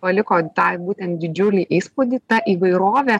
paliko tą būtent didžiulį įspūdį ta įvairovė